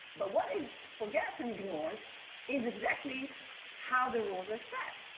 but what is forgets and ignored is exactly how the rules are set,